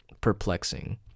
perplexing